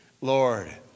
Lord